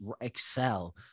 excel